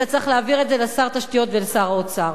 אתה צריך להעביר את זה לשר התשתיות ולשר האוצר: